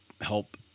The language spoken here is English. help